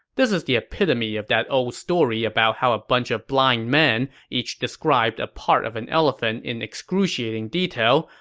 this is the epitome of that old story about how a bunch of blind men each described a part of an elephant in excruciating detail,